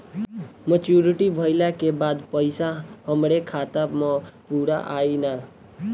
Maturity भईला के बाद पईसा हमरे खाता म पूरा आई न?